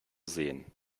sehen